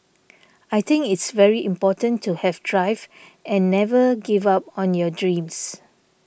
I think it's very important to have drive and never give up on your dreams